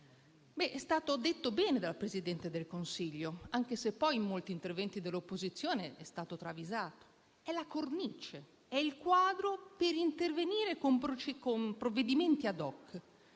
È stato detto bene dal Presidente del Consiglio, anche se poi da molti interventi dell'opposizione è stato travisato: è la cornice, il quadro per intervenire con provvedimenti *ad hoc*.